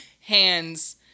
Hands